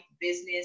business